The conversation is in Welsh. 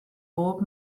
bob